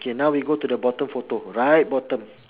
okay now we go to the bottom photo right bottom